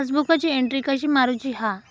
पासबुकाची एन्ट्री कशी मारुची हा?